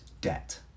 debt